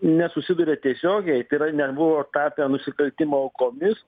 nesusiduria tiesiogiai tai yra nebuvo tapę nusikaltimo aukomis